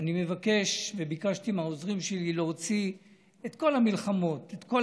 אני מבקש וביקשתי מהעוזרים שלי להוציא את כל המלחמות ואת כל